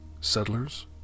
settlers